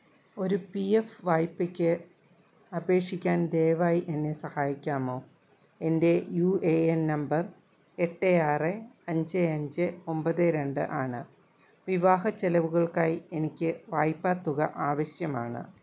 ഒരു P F വായ്പയ്ക്ക് അപേക്ഷിക്കാൻ ദയവായി എന്നെ സഹായിക്കാമോ എൻ്റെ യു എ എൻ നമ്പർ എട്ട് ആറ് അഞ്ച് അഞ്ച് ഒൻപത് രണ്ട് ആണ് വിവാഹ ചിലവുകൾക്കായി എനിക്ക് വായ്പാ തുക ആവശ്യമാണ്